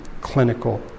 clinical